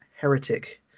Heretic